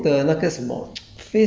err